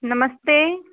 नमस्ते